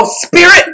spirit